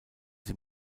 sie